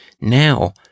Now